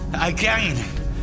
Again